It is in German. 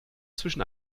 zwischen